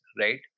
right